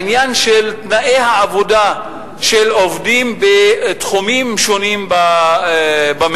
העניין של תנאי העבודה של עובדים בתחומים שונים במשק,